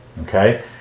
Okay